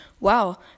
Wow